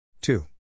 two